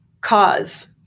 cause